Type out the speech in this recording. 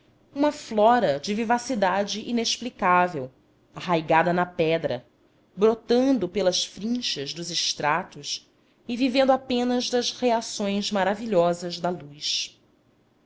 uma flora de vivacidade inexplicável arraigada na pedra brotando pelas frinchas dos estratos e vivendo apenas das reações maravilhosas da luz